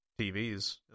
TVs